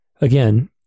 again